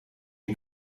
die